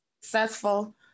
successful